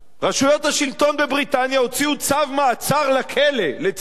רשויות השלטון בבריטניה הוציאו צו מעצר לכלא לציפי